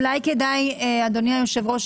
אדוני היושב-ראש,